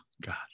God